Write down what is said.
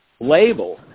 label